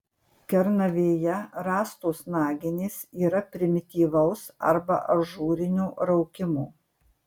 kernavėje rastos naginės yra primityvaus arba ažūrinio raukimo